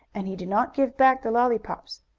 and he did not give back the lollypops.